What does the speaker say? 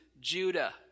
Judah